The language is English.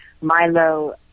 Milo